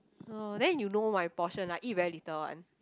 oh then you know my portion I eat very little one